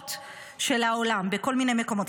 חשוכות של העולם בכל מיני מקומות.